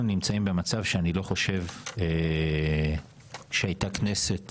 אנחנו נמצאים במצב שאני לא חושב שהייתה כנסת